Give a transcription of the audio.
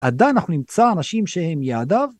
עדיין אנחנו נמצא אנשים שהם יעדיו.